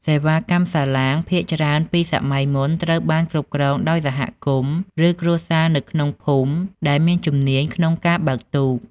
សេវាកម្មសាឡាងភាគច្រើនពីសម័យមុនត្រូវបានគ្រប់គ្រងដោយសហគមន៍ឬគ្រួសារនៅក្នុងភូមិដែលមានជំនាញក្នុងការបើកទូក។